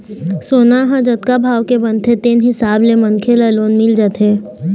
सोना ह जतका भाव के बनथे तेन हिसाब ले मनखे ल लोन मिल जाथे